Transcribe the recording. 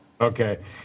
Okay